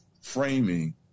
framing